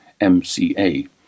MCA